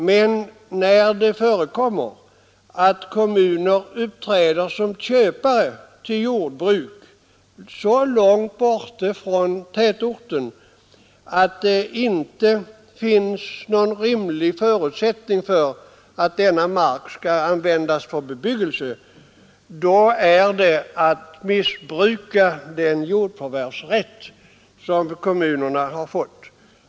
Men i de fall där kommuner uppträder som köpare till jordbruk belägna så långt borta från tätorten att det inte finns någon rimlig förutsättning för att denna mark skall användas för bebyggelse, är det fråga om ett missbruk av den jordförvärvsrätt som kommunerna har fått.